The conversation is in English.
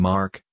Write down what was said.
Mark